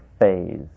phase